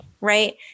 Right